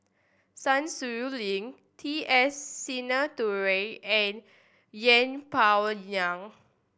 Sun Xueling T S Sinnathuray and Yeng Pway Ngon